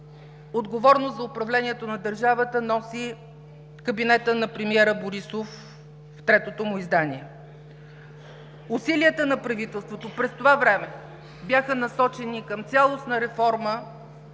отговорност за управлението на държавата носи кабинетът на премиера Борисов в третото му издание. Усилията на правителството през това време бяха насочени към цялостна реформа,